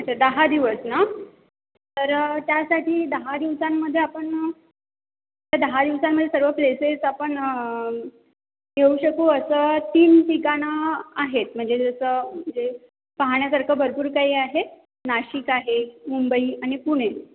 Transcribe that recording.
अच्छा दहा दिवस ना तर त्यासाठी दहा दिवसांमध्ये आपण दहा दिवसांमध्ये सर्व प्लेसेस आपण घेऊ शकू असं तीन ठिकाणं आहेत म्हणजे जसं म्हणजे पाहण्यासारखं भरपूर काही आहे नाशिक आहे मुंबई आणि पुणे